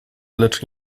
lecz